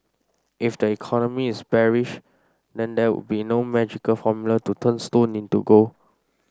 if the economy is bearish then there would be no magical formula to turn stone into gold